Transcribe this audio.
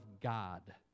God